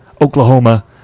Oklahoma